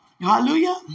Hallelujah